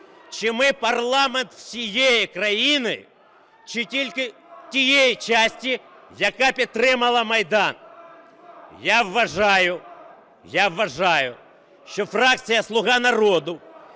Чи ми парламент всієї країни, чи тільки тієї частини, яка підтримала Майдан? (Шум у залі) Я вважаю, що фракція "Слуга народу",